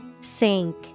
Sink